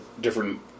different